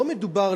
לא מדובר,